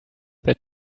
that